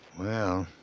well,